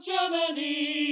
Germany